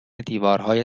دیوارهای